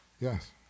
Yes